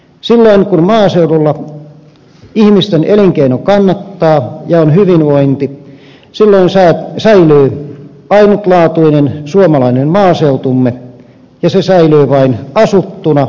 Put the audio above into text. silloin kun maaseudulla ihmisten elinkeino kannattaa ja on hyvinvointi säilyy ainutlaatuinen suomalainen maaseutumme ja se säilyy vain asuttuna